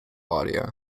audio